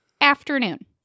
afternoon